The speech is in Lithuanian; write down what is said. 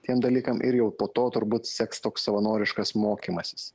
tiem dalykam ir jau po to turbūt seks toks savanoriškas mokymasis